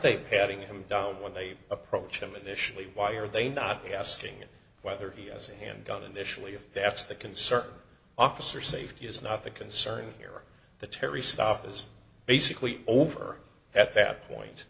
they patting him down when they approach him initially why are they not asking whether he has a handgun initially if that's the concert officer safety is not the concern here the terry stop is basically over at that point